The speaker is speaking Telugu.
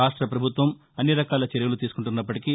రాష్ట పభుత్వం అన్ని రకాల చర్యలు తీసుకుంటున్నప్పటికీ